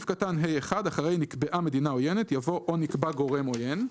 בסעיף קטן (ה1) אחרי "נקבעה מדינה עוינת" יבוא "או נקבע גורם עוין"."